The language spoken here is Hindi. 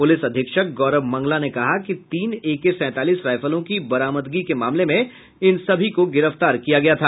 पुलिस अधीक्षक गौरव मंगला ने कहा कि तीन एके सैंतालीस रायफलों की बरामदगी के मामले में सभी को गिरफ्तार किया गया था